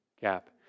gap